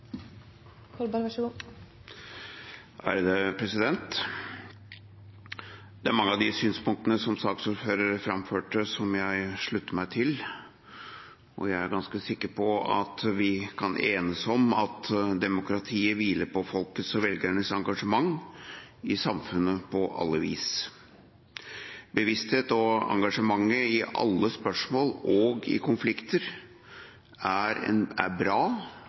mange av de synspunktene saksordføreren framførte, som jeg slutter meg til. Jeg er ganske sikker på at vi kan enes om at demokratiet hviler på folkets og velgernes engasjement i samfunnet på alle vis. Bevissthet og engasjement i alle spørsmål og konflikter er bra, og en forutsetning for et levende demokrati. Deltakelsen og engasjementet ved valg er